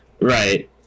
Right